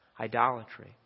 idolatry